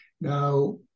Now